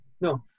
No